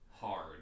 Hard